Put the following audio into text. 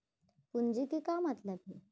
पूंजी के का मतलब हे?